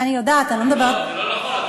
זה לא נכון, את אומרת דברים לא נכונים.